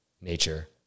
nature